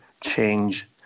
change